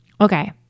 okay